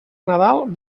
nadal